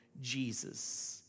Jesus